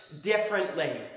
differently